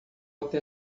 até